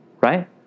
right